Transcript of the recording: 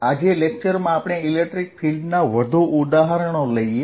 આજે લેક્ચરમાં આપણે ઈલેક્ટ્રીક ફિલ્ડના વધુ ઉદાહરણો લઈએ